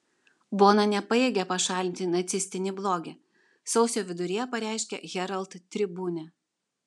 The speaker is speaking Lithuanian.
bona nepajėgia pašalinti nacistinį blogį sausio viduryje pareiškė herald tribune